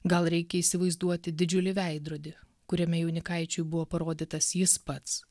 gal reikia įsivaizduoti didžiulį veidrodį kuriame jaunikaičiui buvo parodytas jis pats